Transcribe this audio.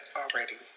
already